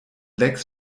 lecks